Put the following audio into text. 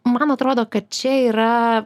man atrodo kad čia yra